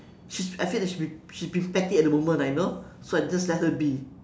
she I think that she she's being petty at moment you know so I just let her be